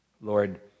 Lord